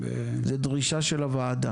על קרקע שלו.